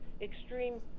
Extreme